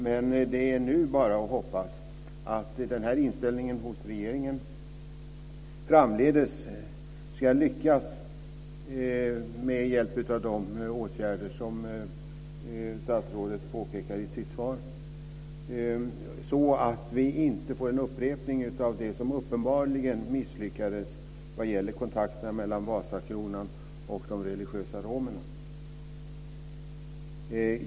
Men det är nu bara att hoppas att denna inställning hos regeringen framdeles ska lyckas med hjälp av de åtgärder som statsrådet påpekar i sitt svar, så att vi inte får en upprepning av det som uppenbarligen misslyckades när det gäller kontakterna mellan Vasakronan och de religiösa romerna. Fru talman!